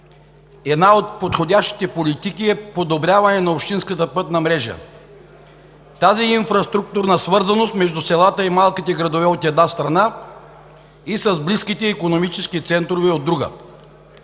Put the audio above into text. една от подходящите политики е подобряване на общинската пътна мрежа, тази инфраструктурна свързаност между селата и малките градове, от една страна, и с близките икономически центрове, от друга.